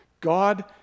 God